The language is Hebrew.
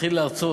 התחיל להרצות.